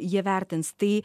jie vertins tai